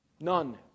None